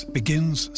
begins